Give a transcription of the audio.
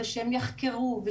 שהם יחקרו,